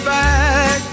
back